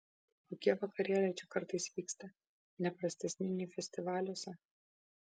kokie vakarėliai čia kartais vyksta ne prastesni nei festivaliuose